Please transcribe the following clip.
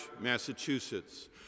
Massachusetts